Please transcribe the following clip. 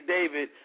David